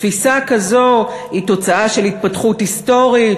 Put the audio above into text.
תפיסה כזו היא תוצאה של התפתחות היסטורית,